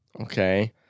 Okay